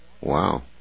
Wow